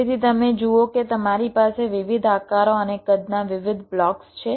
તેથી તમે જુઓ કે તમારી પાસે વિવિધ આકારો અને કદના વિવિધ બ્લોક્સ છે